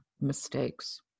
mistakes